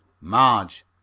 Marge